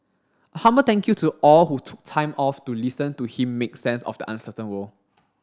a humble thank you to all who took time off to listen to him make sense of the uncertain world